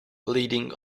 leading